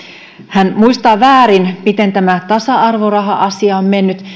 hän muistaa väärin miten tämä tasa arvoraha asia on mennyt